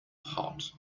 hot